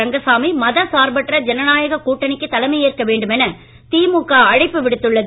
ரங்கசாமி மத சார்பற்ற ஜனநாயக கூட்டணிக்கு தலைமையேற்க வேண்டும் என திமுக அழைப்பு விடுத்துள்ளது